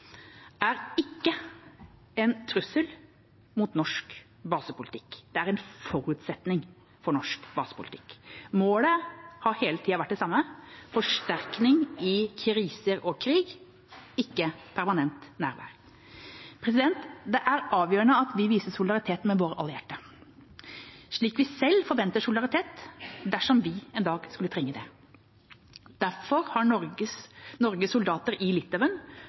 er ikke en trussel mot norsk basepolitikk, den er en forutsetning for basepolitikken. Målet har hele tida vært det samme: Forsterkning i kriser og krig, ikke permanent nærvær. Det er avgjørende at vi viser solidaritet med våre allierte, slik vi selv forventer solidaritet dersom vi en dag skulle trenge det. Derfor har Norge soldater i Litauen